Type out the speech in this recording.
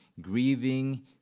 grieving